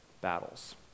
battles